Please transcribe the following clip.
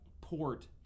port